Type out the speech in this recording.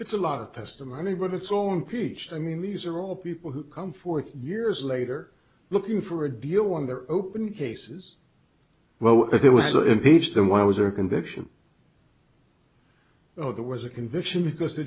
it's a lot of testimony but it's all in peach i mean these are all people who come forth years later looking for a deal when they're open cases well it was so impeached then why was there conviction oh there was a conviction because the